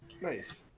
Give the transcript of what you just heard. Nice